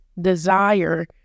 desire